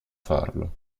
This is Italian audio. farlo